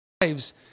lives